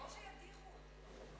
או שידיחו אותו.